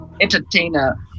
entertainer